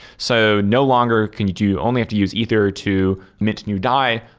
so no longer can you do only have to use ether to knit new dai,